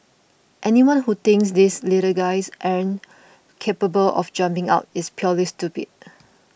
anyone who thinks these little guys aren't capable of jumping out is purely stupid